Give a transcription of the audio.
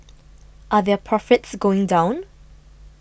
are their profits going down